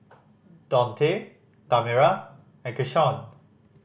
Dontae Tamera and Keshaun